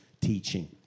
teaching